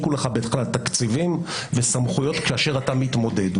העניקו לך בכלל תקציבים וסמכויות כאשר אתה מתמודד.